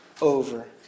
over